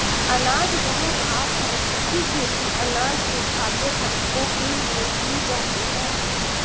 अनाज वह घास है जिसकी खेती अनाज के खाद्य घटकों के लिए की जाती है